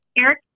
Eric